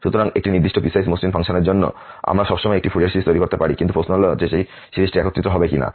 সুতরাং একটি নির্দিষ্ট পিসওয়াইস মসৃণ ফাংশনের জন্য আমরা সবসময় একটি ফুরিয়ার সিরিজ তৈরি করতে পারি কিন্তু প্রশ্ন হল সেই সিরিজটি একত্রিত হবে কি না